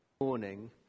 morning